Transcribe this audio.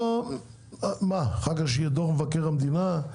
שיהיה אחר כך דו"ח מבקר המדינה על